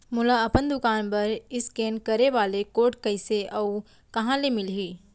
मोला अपन दुकान बर इसकेन करे वाले कोड कइसे अऊ कहाँ ले मिलही?